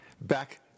back